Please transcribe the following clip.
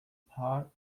park